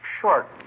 Short